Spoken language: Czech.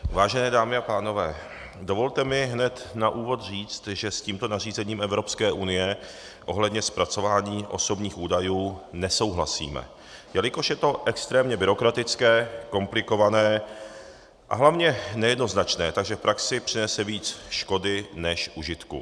Vážené dámy a pánové, dovolte mi hned na úvod říct, že s tímto nařízením Evropské unie ohledně zpracování osobních údajů nesouhlasíme, jelikož je to extrémně byrokratické, komplikované a hlavně nejednoznačné, takže v praxi přinese víc škody než užitku.